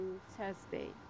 Thursday